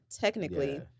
technically